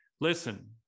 Listen